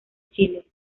chile